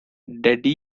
daddy